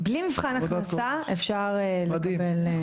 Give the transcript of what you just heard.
בלי מבחן הכנסה אפשר לקבל.